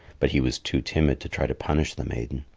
but he was too timid to try to punish the maiden.